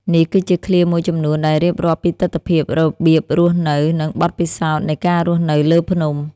នេះគឺជាឃ្លាមួយចំនួន ដែលរៀបរាប់ពីទិដ្ឋភាព របៀបរស់នៅ និងបទពិសោធន៍នៃការរស់នៅលើភ្នំ